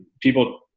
people